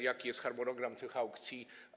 Jaki jest harmonogram tych aukcji?